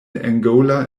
angola